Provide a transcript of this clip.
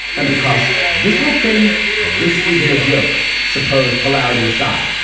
and because this whole thing this isn't a joke supposed hilarity aside,